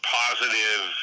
positive